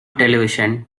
television